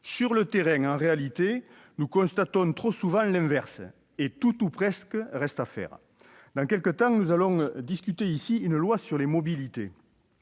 Sur le terrain, en réalité, nous constatons trop souvent l'inverse ... Tout, ou presque, reste à faire ! Dans quelque temps, nous examinerons le projet de loi sur les mobilités.